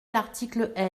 l’article